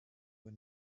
were